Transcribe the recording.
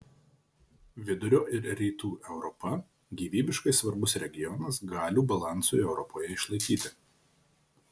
vidurio ir rytų europa gyvybiškai svarbus regionas galių balansui europoje išlaikyti